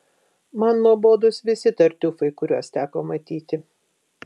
man nuobodūs visi tartiufai kuriuos teko matyti